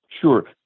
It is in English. Sure